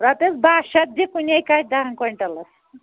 رۄپیس باہ شتھ دِ کُنے کتھِ دانہِ کۅینٛٹلس